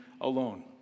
alone